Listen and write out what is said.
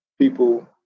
people